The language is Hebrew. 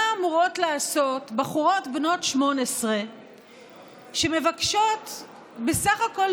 מה אמורות לעשות בחורות בנות 18 שמבקשות בסך הכול,